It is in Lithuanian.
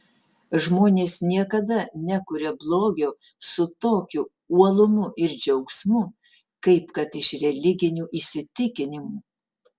žmonės niekada nekuria blogio su tokiu uolumu ir džiaugsmu kaip kad iš religinių įsitikinimų